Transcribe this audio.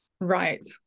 Right